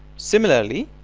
similarly